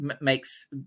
makes